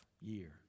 year